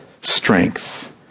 strength